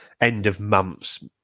end-of-months